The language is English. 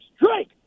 Drake